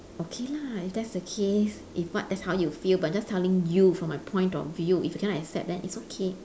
okay lah if that's the case if what that's how you feel but just telling you from my point of view if you cannot accept then it's okay